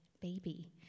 baby